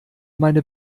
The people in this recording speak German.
meine